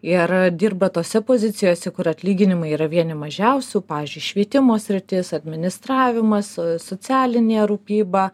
ir dirba tose pozicijose kur atlyginimai yra vieni mažiausių pavyzdžiui švietimo sritis administravimas socialinė rūpyba